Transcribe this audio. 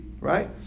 right